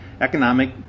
economic